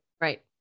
Right